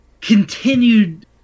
continued